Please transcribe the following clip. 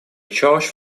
church